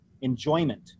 enjoyment